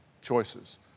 choices